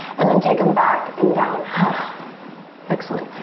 and then take them back and down. and excellent.